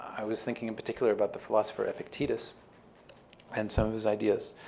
i was thinking, in particular, about the philosopher epictetus and some of his ideas.